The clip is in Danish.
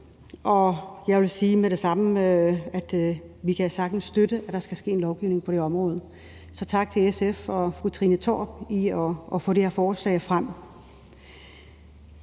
Og jeg vil med det samme sige, at vi sagtens kan støtte, at der skal lovgives på det område. Så tak til SF og fru Trine Torp for at få det her forslag frem.